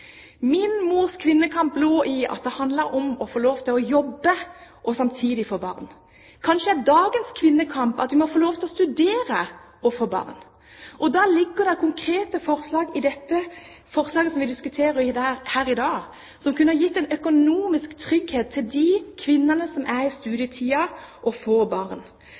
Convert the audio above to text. Min mors kvinnekamp lå i det å få lov til å jobbe og samtidig få barn. Kanskje er dagens kvinnekamp at vi må få lov til å studere og få barn. Det ligger konkrete forslag i det forslaget som vi diskuterer her i dag, som kunne gitt en økonomisk trygghet til de kvinnene som er i studietiden, og som får barn.